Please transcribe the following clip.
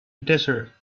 desert